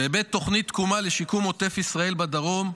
בהיבט של תוכנית תקומה לשיקום עוטף ישראל בדרום,